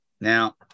Now